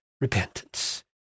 repentance